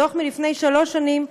דוח מלפני שלוש שנים,